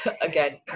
again